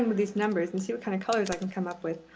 um these numbers and see what kind of colors i can come up with.